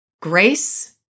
grace